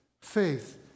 faith